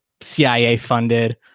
CIA-funded